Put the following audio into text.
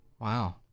Wow